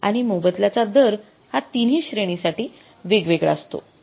आणि मोबदल्याचा दर हा तिन्ही श्रेणींसाठी वेगवेगळा असतो